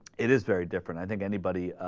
it is very different i think anybody